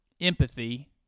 empathy